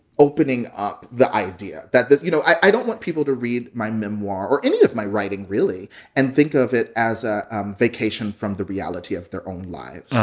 opening up the idea that you know, i don't want people to read my memoir or any of my writing, really and think of it as a vacation from the reality of their own lives.